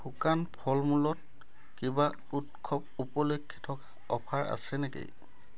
শুকান ফল মূলত কিবা উৎসৱ উপলক্ষে থকা অফাৰ আছে নেকি